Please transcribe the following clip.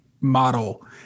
model